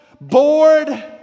bored